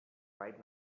right